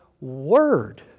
Word